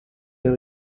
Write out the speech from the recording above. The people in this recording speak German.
der